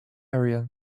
area